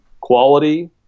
quality